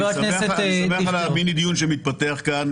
אני שמח על המיני דיון שמתפתח כאן.